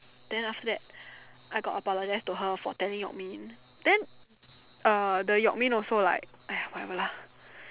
then after that I got apologize to her for telling Yok-Min then uh the Yok-Min also like !aiya! whatever lah